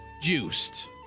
Juiced